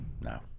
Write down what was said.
No